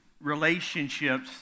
relationships